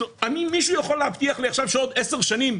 אני מישהו יכול להבטיח לי עכשיו שעוד 10 שנים,